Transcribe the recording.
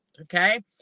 Okay